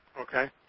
Okay